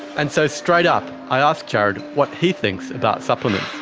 and so straight up i ask jared what he thinks about supplements.